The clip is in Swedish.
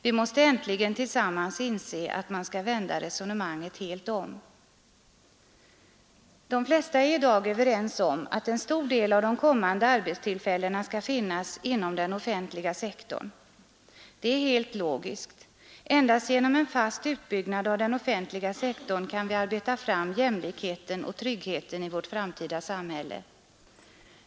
Vi måste äntligen tillsammans inse att man skall vända resonemanget helt om. De flesta är i dag överens om att en stor del av de kommande arbetstillfällena skall finnas inom den offentliga sektorn. Det är helt logiskt. Endast genom en fast utbyggnad av den offentliga sektorn kan vi arbeta fram jämlikheten och tryggheten i vårt framtida samhälle.